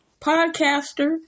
podcaster